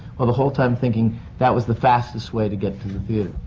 ah the whole time thinking that was the fastest way to get to the theatre.